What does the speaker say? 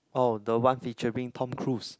oh the one featuring Tom Cruise